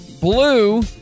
Blue